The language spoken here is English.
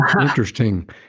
interesting